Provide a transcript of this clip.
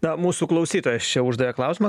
na mūsų klausytojas čia uždavė klausimą